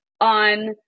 on